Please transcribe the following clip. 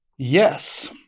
Yes